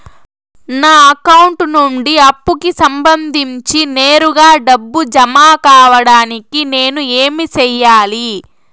నా అకౌంట్ నుండి అప్పుకి సంబంధించి నేరుగా డబ్బులు జామ కావడానికి నేను ఏమి సెయ్యాలి?